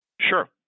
Sure